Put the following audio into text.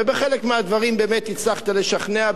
ובחלק מהדברים באמת הצלחת לשכנע,